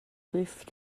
lifft